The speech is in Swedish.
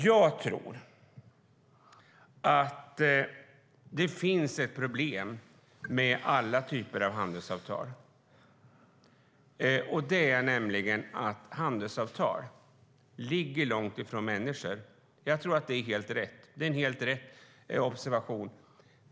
Jag tror att det finns ett problem med alla typer av handelsavtal, och det är att handelsavtal ligger långt ifrån människor. Jag tror att det är en helt korrekt observation.